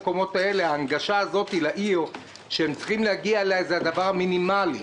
ההנגשה לעיר שאליה הם צריכים להגיע זה הדבר המינימלי.